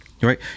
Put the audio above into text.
right